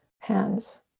hands